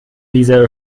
diese